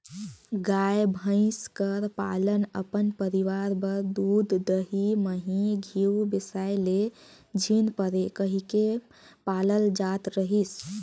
गाय, भंइस कर पालन अपन परिवार बर दूद, दही, मही, घींव बेसाए ले झिन परे कहिके पालल जात रहिस